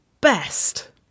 best